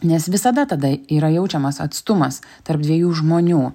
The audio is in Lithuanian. nes visada tada yra jaučiamas atstumas tarp dviejų žmonių